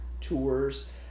tours